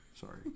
Sorry